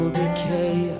decay